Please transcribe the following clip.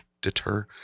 deter—